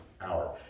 hour